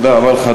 תודה רבה לך.